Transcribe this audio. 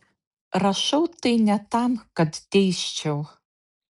rašau tai ne tam kad teisčiau